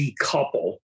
decouple